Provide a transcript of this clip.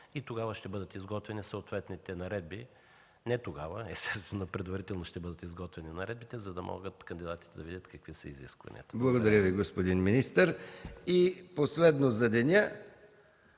Тогава ще бъдат изготвени съответните наредби... Не тогава, естествено предварително ще бъдат изготвени наредбите, за да могат кандидатите да видят какви са изискванията. ПРЕДСЕДАТЕЛ МИХАИЛ МИКОВ: Благодаря Ви, господин министър. И последно за деня